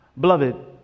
Beloved